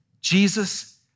Jesus